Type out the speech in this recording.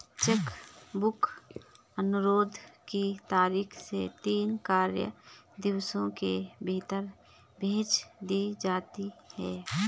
check book अनुरोध की तारीख से तीन कार्य दिवसों के भीतर भेज दी जाती है